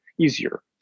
Easier